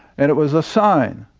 and it was a sign.